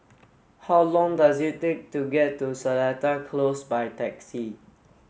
how long does it take to get to Seletar Close by taxi